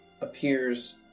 appears